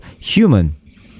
human